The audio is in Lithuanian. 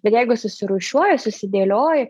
bet jeigu surūšiuoji susidėlioji